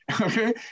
Okay